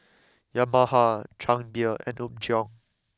Yamaha Chang Beer and Apgujeong